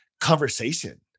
conversation